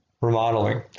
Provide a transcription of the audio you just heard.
remodeling